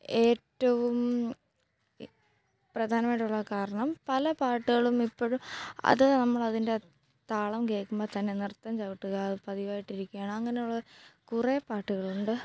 ഏറ്റവും പ്രധാനമായിട്ടുള്ള കാരണം പല പാട്ടുകളും ഇപ്പോഴും അത് നമ്മളതിൻ്റെ താളം കേള്ക്കുമ്പോള് തന്നെ നൃത്തം ചവിട്ടുക പതിവായിട്ടിരിക്കുകയാണ് അങ്ങനെയുള്ള കുറെ പാട്ടുകളുണ്ട്